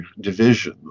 division